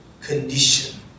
condition